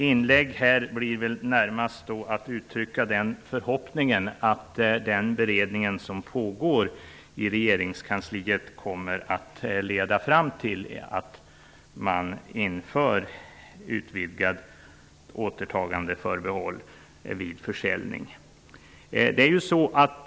Jag får väl då närmast uttrycka förhoppningen att den beredning som pågår i regeringskansliet kommer att leda fram till att man inför utvidgat återtagandeförbehåll vid försäljning.